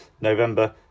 November